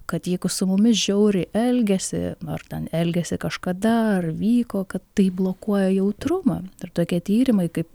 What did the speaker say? kad jeigu su mumis žiauriai elgiasi ar ten elgėsi kažkada ar vyko kad tai blokuoja jautrumą ir tokie tyrimai kaip